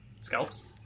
scalps